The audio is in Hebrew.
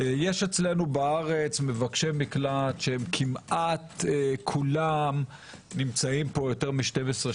יש אצלנו בארץ מבקשי מקלט שכמעט כולם נמצאים פה יותר מ-12,